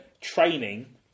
training